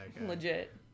legit